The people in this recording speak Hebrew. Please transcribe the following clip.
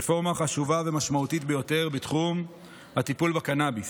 רפורמה חשובה ומשמעותית ביותר בתחום הטיפול בקנביס.